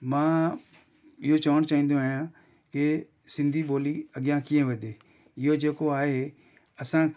मां इहो चवणु चाहींदो आहियां की सिंधी ॿोली अॻियां कीअं वधे इहो जेको आहे असां